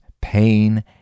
pain